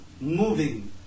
moving